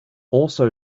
also